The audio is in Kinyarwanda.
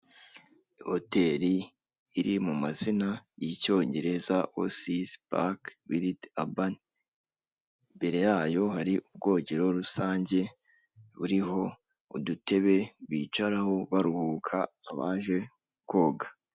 Hotel iri mu mazina yicyongereza osis park wild urban, imbere yayo hari ubwogero rusange buriho udutebe bicaraho baruhuka abaje koga.